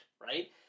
right